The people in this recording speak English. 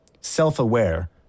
self-aware